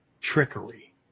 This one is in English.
trickery